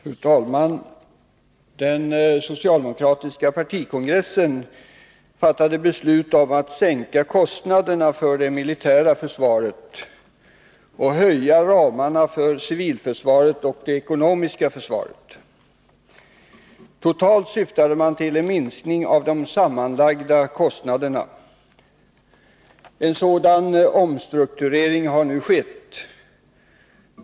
Fru talman! Den socialdemokratiska partikongressen fattade beslut om att sänka kostnaderna för det militära försvaret och höja ramarna för civilförsvaret och det ekonomiska försvaret. Totalt syftade man till en minskning av de sammanlagda kostnaderna. En sådan omstrukturering har nu skett.